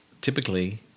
Typically